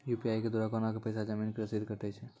UPI के द्वारा केना कऽ पैसा जमीन के रसीद कटैय छै?